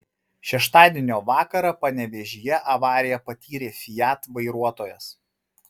šeštadienio vakarą panevėžyje avariją patyrė fiat vairuotojas